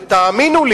ותאמינו,